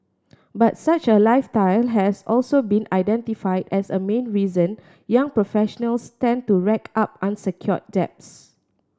but such a lifestyle has also been identified as a main reason young professionals tend to rack up unsecured debts